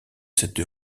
cette